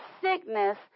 sickness